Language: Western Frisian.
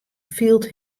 fielt